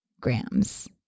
grams